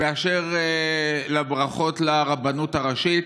באשר לברכות לרבנות הראשית